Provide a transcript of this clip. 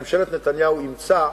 ממשלת נתניהו אימצה,